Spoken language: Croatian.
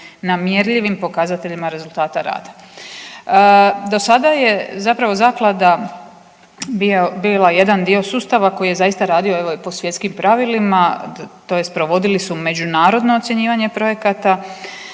na mjerljivim pokazateljima rezultata rada. Do sada je zapravo zaklada bila jedan dio sustava koji je zaista radio evo i po svjetskim pravilima tj. provodili su međunarodno ocjenjivanje projekata